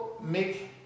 make